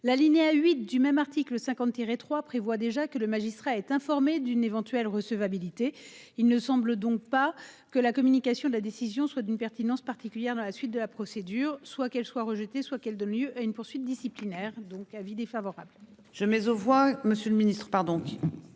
l'alinéa 8 du même article 51 trois prévoit déjà que le magistrat est informé d'une éventuelle recevabilité. Il ne semble donc pas que la communication de la décision soit d'une pertinence particulière à la suite de la procédure soit qu'elle soit rejetée, soit qu'elle donne lieu à une poursuite d'ici. CCleaner, donc avis défavorable je mets aux voix. Monsieur le Ministre par donc